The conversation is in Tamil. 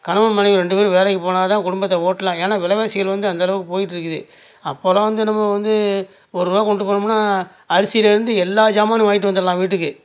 கணவன் மனைவி ரெண்டு பேரும் வேலைக்கு போனால் தான் குடும்பத்தை ஓட்டலாம் ஏன்னா விலைவாசிகள் வந்து அந்தளவு போயிட்டுருக்கு அப்போலாம் வந்து நம்ம வந்து ஒரு ரூவா கொண்டுட்டு போனம்ன்னா அரிசியில இருந்து எல்லா ஜாமானும் வாங்கிகிட்டு வந்தடலாம் வீட்டுக்கு